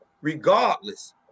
regardless